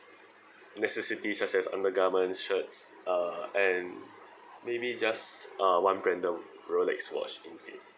necessity such as undergarments shirts uh and maybe just uh one branded rolex watch in it